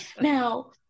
Now